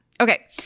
Okay